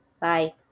Bye